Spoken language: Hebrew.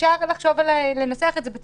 אפשר לחשוב על איך לנסח את זה,